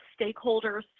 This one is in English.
stakeholders